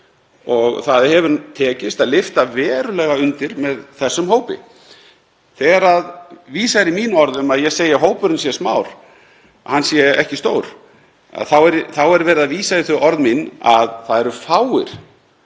Það hefur tekist að lyfta verulega undir með þessum hópi. Þegar vísað er í orð mín um að ég segi að hópurinn sé smár, að hann sé ekki stór, þá er verið að vísa í þau orð mín að það eru fáir